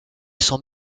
sans